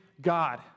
God